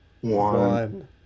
one